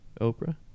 oprah